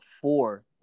four